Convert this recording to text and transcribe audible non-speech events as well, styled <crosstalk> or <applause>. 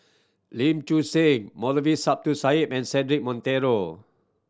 Leen Choo Seng Moulavi <unintelligible> Sahib and Cedric Monteiro